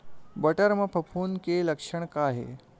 बटर म फफूंद के लक्षण का हे?